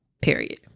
period